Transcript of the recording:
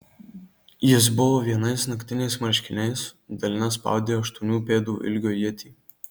jis buvo vienais naktiniais marškiniais delne spaudė aštuonių pėdų ilgio ietį